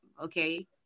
Okay